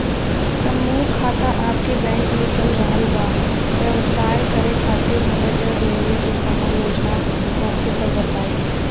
समूह खाता आपके बैंक मे चल रहल बा ब्यवसाय करे खातिर हमे ऋण लेवे के कौनो योजना होखे त बताई?